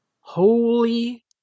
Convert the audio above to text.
Holy